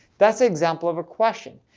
that's the example of a question.